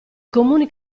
comuni